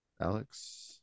Alex